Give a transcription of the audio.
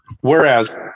whereas